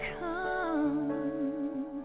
come